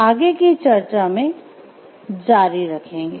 आगे की चर्चा में जारी रखेंगे